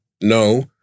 No